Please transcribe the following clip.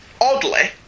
oddly